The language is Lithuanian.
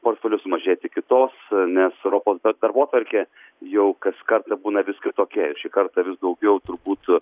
portfelių sumažėti kitos nes europos ta darbotvarkė jau kas kartą būna vis kitokia šį kartą vis daugiau turbūt